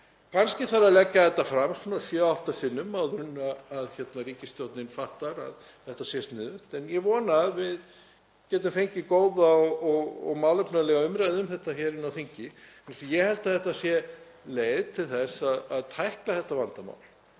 Kannski þarf að leggja málið fram svona sjö til átta sinnum áður en ríkisstjórnin fattar að þetta sé sniðugt. En ég vona að við getum fengið góða og málefnalega umræðu um þetta hér á þingi. Ég held að þetta sé leið til að tækla þetta vandamál,